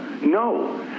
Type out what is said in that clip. no